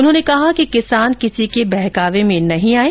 उन्होंने कहा कि किसान किसी के बहकावे में नहीं आएं